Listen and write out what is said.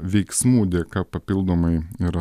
veiksmų dėka papildomai yra